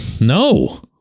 No